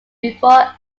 before